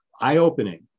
eye-opening